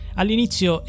all'inizio